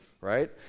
right